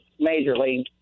majorly